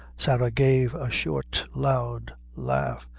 sarah gave a short, loud laugh,